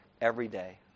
everyday